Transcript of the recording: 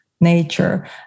nature